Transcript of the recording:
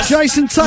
Jason